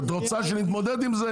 את רוצה שנתמודד עם זה?